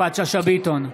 יפעת שאשא ביטון,